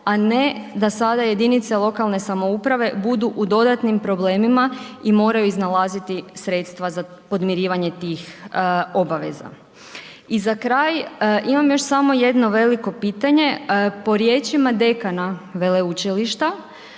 a ne da sada jedinice lokalne samouprave budu u dodatnim problemima i moraju iznalaziti sredstva za podmirivanje tih obaveza. I za kraj imam još samo jedno veliko pitanje, po riječima dekana veleučilišta